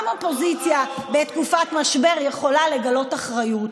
גם אופוזיציה בתקופת משבר יכולה לגלות אחריות.